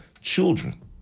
children